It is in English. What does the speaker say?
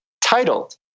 titled